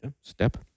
Step